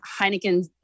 Heineken